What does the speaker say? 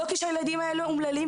לא כי הילדים אומללים,